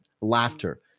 laughter